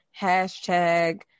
hashtag